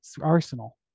Arsenal